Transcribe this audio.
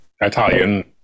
Italian